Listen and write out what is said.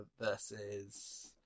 versus